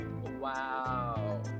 wow